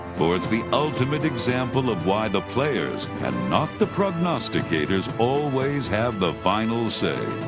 for it's the ultimate example of why the players and not the prognosticators always have the final say.